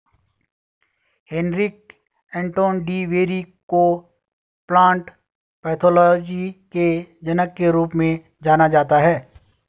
Heinrich Anton de Bary को plant pathology के जनक के रूप में जाना जाता है